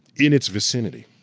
in it's vicinity,